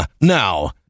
Now